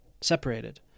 separated